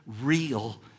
real